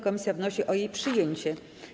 Komisja wnosi o jej przyjęcie.